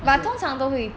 is it